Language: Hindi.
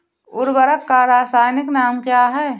उर्वरक का रासायनिक नाम क्या है?